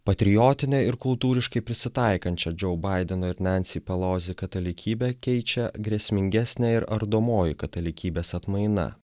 patriotinė ir kultūriškai prisitaikančią džo baideno ir nancy pelosi katalikybę keičia grėsmingesnė ir ardomoji katalikybės atmaina